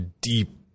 deep